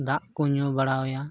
ᱫᱟᱜ ᱠᱚ ᱧᱩ ᱵᱟᱲᱟ ᱟᱭᱟ